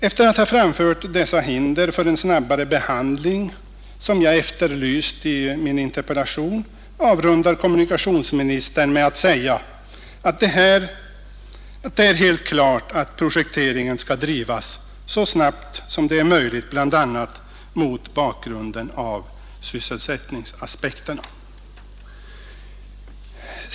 Efter att ha anfört dessa hinder för en snabbare behandling som jag efterlyste i min interpellation avrundar kommunikationsministern svaret med att säga att det ”är helt klart att projekteringen skall drivas så snabbt som det är möjligt, bl.a. mot bakgrund av sysselsättningsaspekterna”.